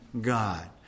God